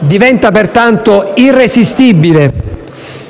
Diventa pertanto irresistibile, e